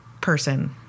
person